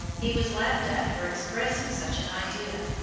he was laughed at for expressing such an idea.